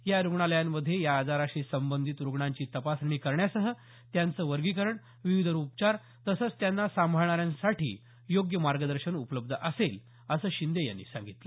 या रूग्णालयांमध्ये या आजाराशी संबंधित रुग्णांची तपासणी करण्यासह त्यांचं वर्गीकरण विविध उपचार तसंच त्यांना सांभाळणाऱ्यांसाठी योग्य मार्गदर्शन उपलब्ध असेल असं शिंदे यांनी सांगितलं